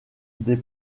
des